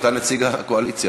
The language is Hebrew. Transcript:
אתה נציג הקואליציה,